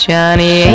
Johnny